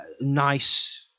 nice